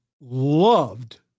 loved